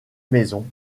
maison